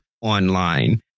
online